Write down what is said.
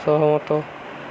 ସହମତ